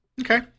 Okay